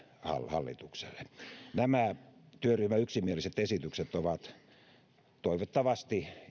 hallitukselle nämä työryhmän yksimieliset esitykset voisi toivottavasti